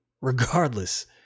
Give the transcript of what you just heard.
Regardless